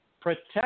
protect